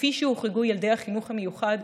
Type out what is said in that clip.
כפי שהוחרגו ילדי החינוך המיוחד,